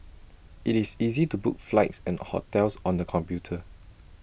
IT is easy to book flights and hotels on the computer